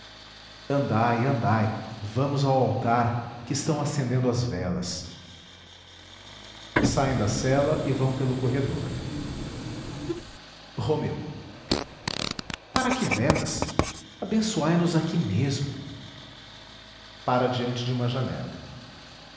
andai andai vamos ao altar que estão acendendo as velas saem da cela e vão pelo corredor romeu para que velas abençoai nos aqui mesmo pára diante de uma janela